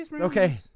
Okay